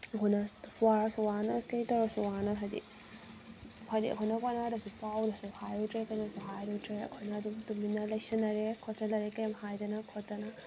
ꯑꯩꯈꯣꯏꯅ ꯋꯥꯔꯁꯨ ꯋꯥꯅ ꯀꯩꯇꯧꯔꯁꯨ ꯋꯥꯅ ꯍꯥꯏꯗꯤ ꯍꯥꯏꯗꯤ ꯑꯩꯈꯣꯏꯅ ꯀꯅꯥꯗꯁꯨ ꯄꯥꯎꯗꯁꯨ ꯍꯥꯏꯔꯨꯗ꯭ꯔꯦ ꯀꯩꯅꯣꯁꯨ ꯍꯥꯏꯔꯨꯗ꯭ꯔꯦ ꯑꯩꯈꯣꯏꯅ ꯑꯗꯨꯝ ꯇꯨꯃꯤꯟꯅ ꯂꯩꯁꯟꯅꯔꯦ ꯈꯣꯠꯁꯟꯅꯔꯦ ꯀꯔꯤꯝ ꯍꯥꯏꯗꯅ ꯈꯣꯠꯇꯅ